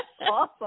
awesome